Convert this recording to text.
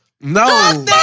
no